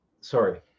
Sorry